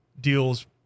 deals